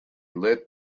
lit